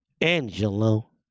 Angelo